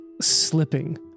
slipping